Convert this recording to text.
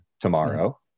tomorrow